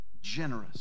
generous